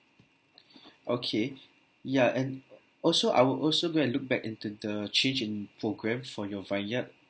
okay ya and also I will also go and look back into the change in program for your vineyard